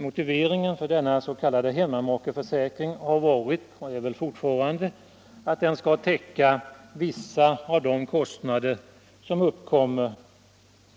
Motiveringen för denna s.k. hemmamakeförsäkring har varit och är väl fortfarande att den skall täcka vissa av de kostnader som uppkommer